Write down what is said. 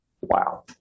Wow